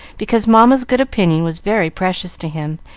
because mamma's good opinion was very precious to him,